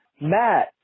Matt